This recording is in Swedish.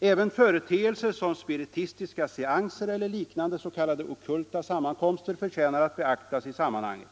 Även företeelser som spiritistiska seanser eller liknandes.k. ockulta sammankomster förtjänar att beaktas i sammanhanget.